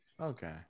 Okay